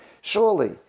Surely